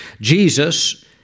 Jesus